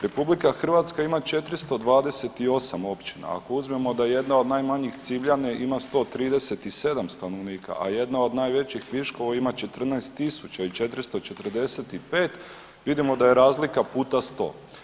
RH ima 428 općina, ako uzmemo da je jedna od najmanjih Civljane ima 137 stanovnika, a jedna od najvećih Viškovo ima 14.445 vidimo da je razlika puta 100.